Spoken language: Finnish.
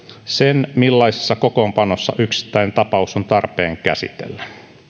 sen millaisessa kokoonpanossa yksittäinen tapaus on tarpeen käsitellä